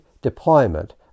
deployment